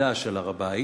לבית-מקדש על הר-הבית,